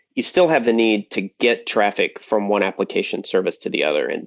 you still have the need to get traffic from one application service to the other. and